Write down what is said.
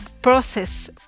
process